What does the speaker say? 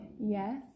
Yes